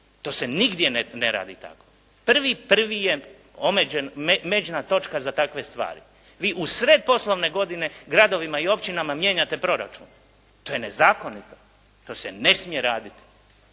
To se nigdje ne radi tako. 1.1. je međna točka za takve stvari. Vi usred poslovne godine gradovima i općinama mijenjate proračun. To je nezakonito. To se ne smije raditi.